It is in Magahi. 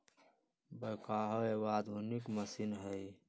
बैकहो एगो आधुनिक मशीन हइ